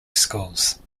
schools